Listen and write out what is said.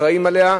אחראים עליהם,